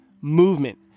movement